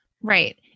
Right